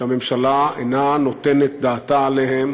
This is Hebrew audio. שהממשלה אינה נותנת דעתה עליה,